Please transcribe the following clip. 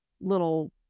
little